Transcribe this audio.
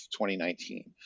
2019